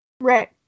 Right